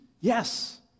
Yes